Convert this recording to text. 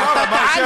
הוא אמר שעשינו,